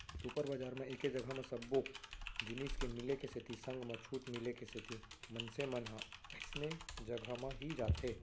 super बजार म एके जघा म सब्बो जिनिस के मिले के सेती संग म छूट मिले के सेती मनसे मन ह अइसने जघा म ही जाथे